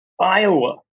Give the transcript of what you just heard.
Iowa